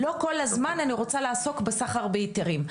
לא כל הזמן אני רוצה לעסוק בסחר בהיתרים,